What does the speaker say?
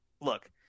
Look